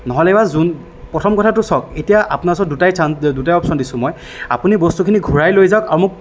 নহ'লেবা যোন প্ৰথম কথাটো চাওক এতিয়া আপোনাৰ ওচৰত দুটাই চাঞ্চ দুটাই অপচন দিছোঁ মই আপুনি বস্তুখিনি ঘুৰাই লৈ যাওক আৰু মোক